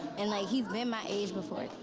and, like, he's been my age before.